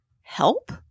help